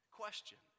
question